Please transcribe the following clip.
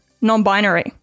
non-binary